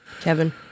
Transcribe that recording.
kevin